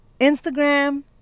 instagram